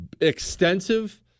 Extensive